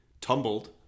tumbled